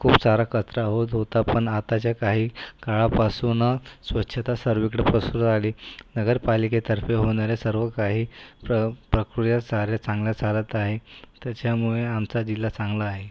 खूप सारा कचरा होत होता पण आताच्या काही काळापासून स्वछता सर्वीकडे पसरू आली नगरपालिकेतर्फे होणाऱ्या सर्व काही प्र प्रकृया साऱ्या चांगल्या चालत आहे त्याच्यामुळे आमचा जिल्हा चांगला आहे